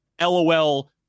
LOL